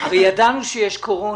הרי ידענו שיש קורונה,